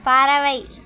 பறவை